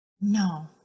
No